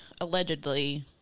allegedly